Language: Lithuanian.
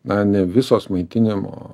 na ne visos maitinimo